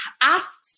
asks